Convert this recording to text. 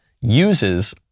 uses